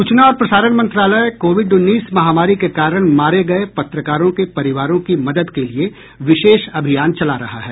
सूचना और प्रसारण मंत्रालय कोविड उन्नीस महामारी के कारण मारे गये पत्रकारों के परिवारों की मदद के लिए विशेष अभियान चला रहा है